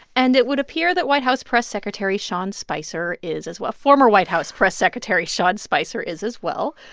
and it would appear that white house press secretary sean spicer is as well former white house press secretary sean spicer is as well.